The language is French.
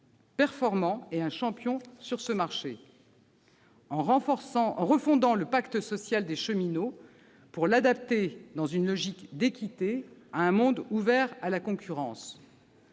performant et un champion sur ce marché. Elle refonde le pacte social des cheminots pour l'adapter, dans une logique d'équité, à un monde ouvert à la concurrence.